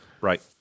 Right